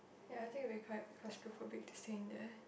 ya I think it will be quite claustrophobic to stay in there